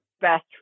best